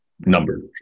number